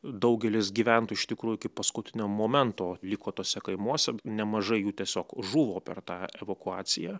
daugelis gyventojų iš tikrųjų iki paskutinio momento liko tuose kaimuose nemažai jų tiesiog žuvo per tą evakuaciją